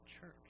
church